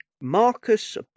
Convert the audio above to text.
marcus